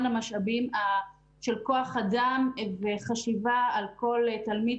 המשאבים של כוח אדם וחשיבה על כל תלמיד,